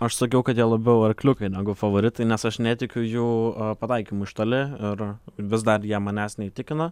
aš sakiau kad jie labiau arkliukai negu favoritai nes aš netikiu jų pataikymu iš toli ir vis dar jie manęs neįtikina